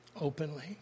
openly